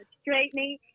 straightening